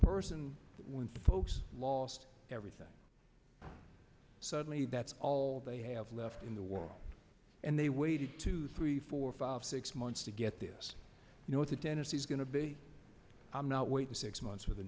person when folks lost everything suddenly that's all they have left in the world and they waited two three four five six months to get this you know what the tennessee is going to be i'm not waiting six months for the